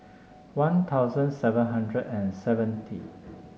One Thousand seven hundred and seventy